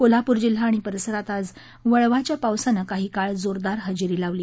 कोल्हापूर जिल्हा आणि परिसरात आज वळीवाच्या पावसानं काही काळ जोरदार हजेरी लावली